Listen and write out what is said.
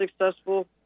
successful